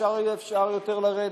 אפשר יותר לרדת.